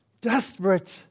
desperate